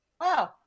Wow